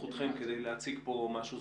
לנוחותכם כדי להציג פה משהו.